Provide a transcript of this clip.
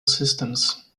systems